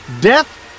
death